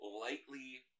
lightly